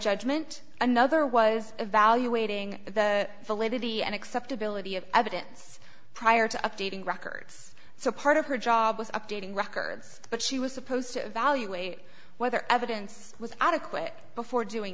judgment another was evaluating the validity and acceptability of evidence prior to updating records so part of her job was updating records but she was supposed to evaluate whether evidence was adequate before doing